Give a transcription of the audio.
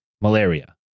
malaria